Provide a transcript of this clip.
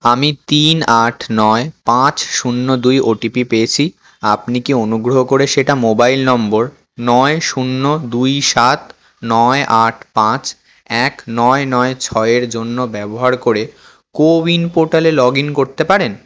আমি তিন আট নয় পাঁচ শূন্য দুই ওটিপি পেয়েছি আপনি কি অনুগ্রহ করে সেটা মোবাইল নম্বর নয় শূন্য দুই সাত নয় আট পাঁচ এক নয় নয় ছয় এর জন্য ব্যবহার করে কোউইন পোর্টালে লগইন করতে পারেন